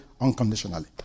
unconditionally